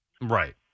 Right